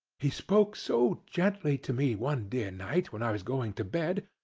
he spoke so gently to me one dear night when i was going to bed,